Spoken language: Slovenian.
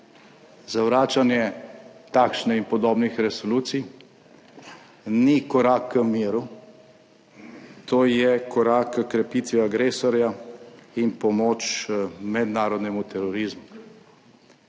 Zavračanje takšnih in podobnih resolucij ni korak k miru. To je korak h krepitvi agresorja in pomoč mednarodnemu terorizmu.